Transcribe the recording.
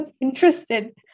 interested